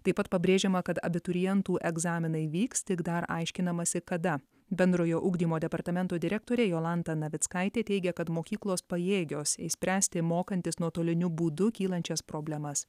taip pat pabrėžiama kad abiturientų egzaminai vyks tik dar aiškinamasi kada bendrojo ugdymo departamento direktorė jolanta navickaitė teigia kad mokyklos pajėgios išspręsti mokantis nuotoliniu būdu kylančias problemas